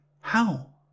How